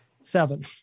seven